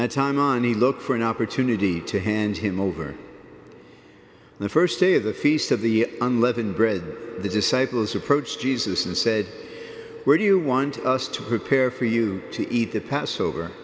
that time on the look for an opportunity to hand him over the first day of the feast of the unleavened bread the disciples approached jesus and said where do you want us to prepare for you to eat the passover